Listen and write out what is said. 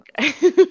Okay